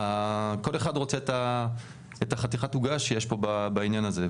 כל אחד רוצה את חתיכת העוגה שיש בעניין הזה,